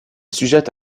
sujette